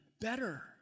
better